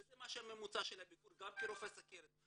וזה ממוצע זמן הטיפול, גם כרופא סוכרת.